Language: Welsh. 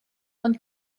ond